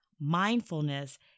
Mindfulness